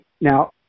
now